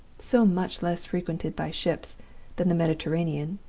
so much less frequented by ships than the mediterranean,